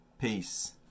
peace